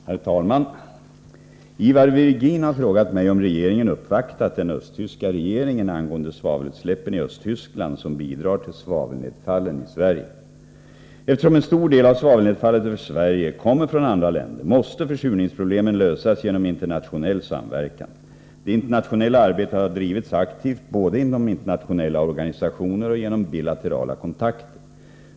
Herr talman! Ivar Virgin har frågat mig om regeringen uppvaktat den östtyska regeringen angående svavelutsläppen i Östtyskland som bidrar till svavelnedfallen i Sverige. Eftersom en stor del av svavelnedfallet över Sverige kommer från andra länder, måste försurningsproblemen lösas genom internationell samverkan. Det internationella arbetet har drivits aktivt både inom internationella organisationer och genom bilaterala kontakter.